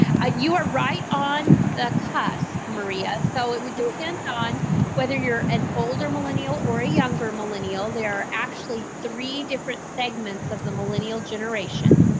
ah, you are right on the cusp maria. so, it would depend on whether you're an older millennial or a younger millennial there are actually three different segments of the millennial generation.